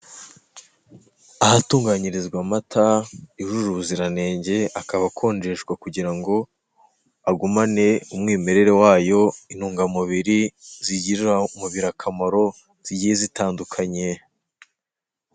Ahatunganyirizwa amata yujuje ubuziranenge, akaba akonjeshwa kugira ngo agumane umwimerere wayo, intungamubiri zigirira umubiri akamaro zigiye zitandukanye.